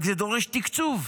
רק שזה דורש תקצוב.